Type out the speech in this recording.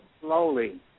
slowly